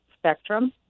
Spectrum